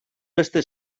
beste